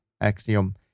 axiom